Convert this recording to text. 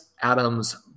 Adams